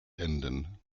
enden